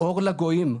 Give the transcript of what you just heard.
אור לגוים.